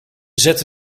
zette